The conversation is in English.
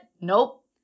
Nope